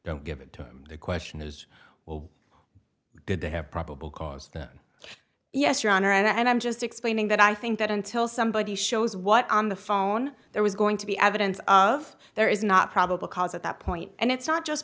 don't give it to him the question is well did they have probable cause then yes your honor and i'm just explaining that i think that until somebody shows what on the phone there was going to be evidence of there is not probable cause at that point and it's not just